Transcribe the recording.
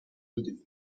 میدونیم